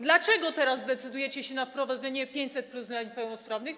Dlaczego teraz decydujecie się na wprowadzenie 500+ dla niepełnosprawnych?